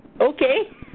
Okay